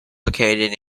located